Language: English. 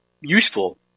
useful